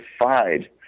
defied